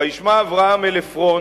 וישמע אברהם אל עפרון